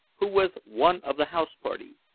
who was one of the house-party.